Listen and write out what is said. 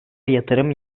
yatırım